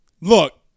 look